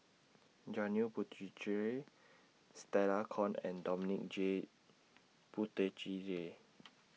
Janil Puthucheary Stella Kon and Dominic J Puthucheary